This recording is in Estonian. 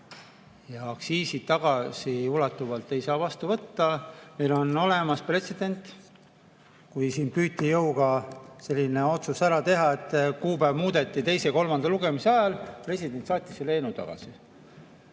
Ja aktsiisi tagasiulatuvalt ei saa vastu võtta. Meil on olemas pretsedent. Siin püüti jõuga selline otsus ära teha, et kuupäev muudeti teise ja kolmanda lugemise ajal, siis president saatis selle eelnõu tagasi.